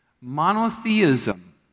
Monotheism